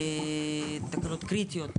תקלות קריטיות,